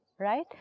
Right